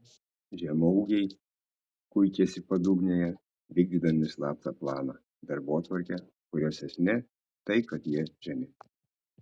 žemaūgiai kuičiasi padugnėje vykdydami slaptą planą darbotvarkę kurios esmė tai kad jie žemi